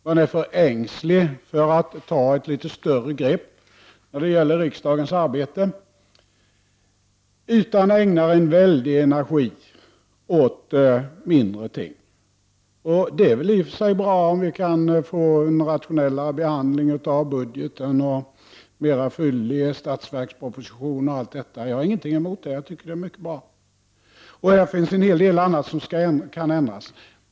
Man är för ängslig för att ta ett litet större grepp om riksdagens arbete och ägnar en väldig energi åt mindre ting. Det är i och för sig bra om vi kan få en rationellare behandling av budgeten, en mer fyllig budgetproposition. Jag har inget emot det. Jag tycker att det är mycket bra. Här finns en hel del annat som kan ändras.